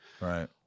Right